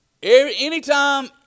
Anytime